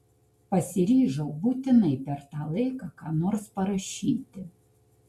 pasiryžau būtinai per tą laiką ką nors parašyti